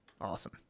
Awesome